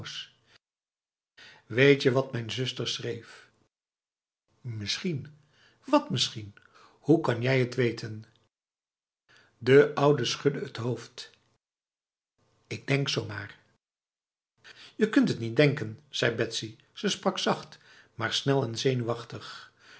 weetje wat mijn zuster schreef misschien wat misschien hoe kan jij t weten de oude schudde het hoofd ik denk zomaar je kunt het niet denken zei betsy ze sprak zacht maar snel en zenuwachtig